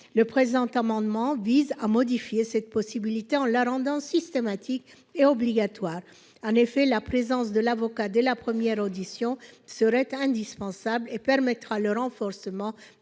Le présent amendement vise à rendre cette possibilité systématique et obligatoire. En effet, la présence de l'avocat dès la première audition est indispensable et contribuera au renforcement